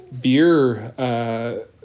beer